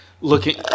looking